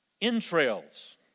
entrails